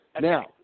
Now